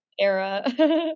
era